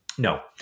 No